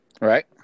right